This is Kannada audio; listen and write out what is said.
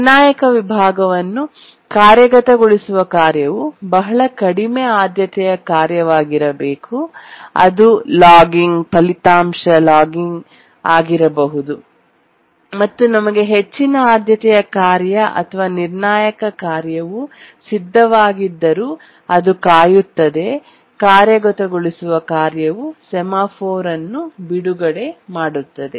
ನಿರ್ಣಾಯಕ ವಿಭಾಗವನ್ನು ಕಾರ್ಯಗತಗೊಳಿಸುವ ಕಾರ್ಯವು ಬಹಳ ಕಡಿಮೆ ಆದ್ಯತೆಯ ಕಾರ್ಯವಾಗಿರಬಹುದು ಅದು ಲಾಗಿಂಗ್ ಫಲಿತಾಂಶ ಲಾಗಿಂಗ್ ಆಗಿರಬಹುದು ಮತ್ತು ನಮಗೆ ಹೆಚ್ಚಿನ ಆದ್ಯತೆಯ ಕಾರ್ಯ ಅಥವಾ ನಿರ್ಣಾಯಕ ಕಾರ್ಯವು ಸಿದ್ಧವಾಗಿದ್ಧರು ಅದು ಕಾಯುತ್ತದೆ ಕಾರ್ಯಗತಗೊಳಿಸುವ ಕಾರ್ಯವು ಸೆಮಾಫೋರ್ ಅನ್ನು ಬಿಡುಗಡೆ ಮಾಡುತ್ತದೆ